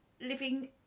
living